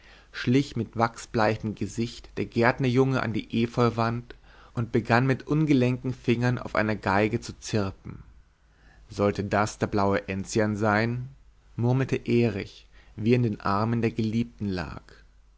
schlich mit wachsbleichem gesicht der gärtnerjunge an die efeuwand und begann mit ungelenken fingern auf einer geige zu zirpen sollte das der blaue enzian sein murmelte erich wie er in den armen der geliebten lag